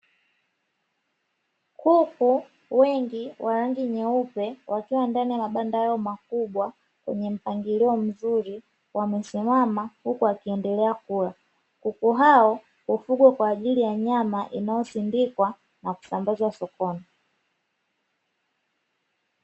Kuku wengi wa rangi nyeupe wakiwa ndani ya mabanda yao makubwa yenye mpangilio mzuri wamesimama huku wakiendelea kula, kuku hao hufugwa kwa ajili ya nyama inayosindikwa na kusambazwa sokoni.